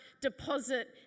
deposit